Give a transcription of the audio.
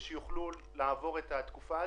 כדי שהם יוכלו לעבור את התקופה הזאת.